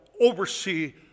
oversee